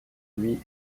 lui